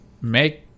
make